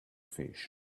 fish